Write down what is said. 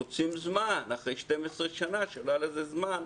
מוצאים זמן אחרי 12 שנה שלא היה לזה זמן,